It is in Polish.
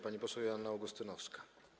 Pani poseł Joanna Augustynowska.